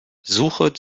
suche